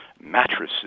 mattresses